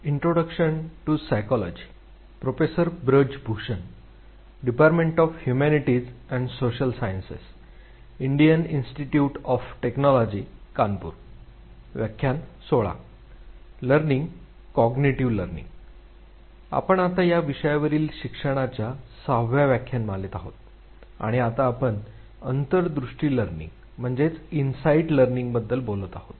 आपण आता या विषयावरील शिक्षणाच्या 6 व्या व्याख्यानमालेत आहोत आणि आता आपण अंतर्दृष्टी लर्निंगबद्दल बोलत आहोत